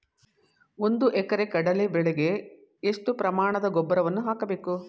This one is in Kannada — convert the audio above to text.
ಒಂದು ಎಕರೆ ಕಡಲೆ ಬೆಳೆಗೆ ಎಷ್ಟು ಪ್ರಮಾಣದ ಗೊಬ್ಬರವನ್ನು ಹಾಕಬೇಕು?